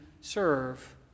serve